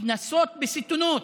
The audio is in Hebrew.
קנסות בסיטונות,